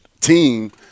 team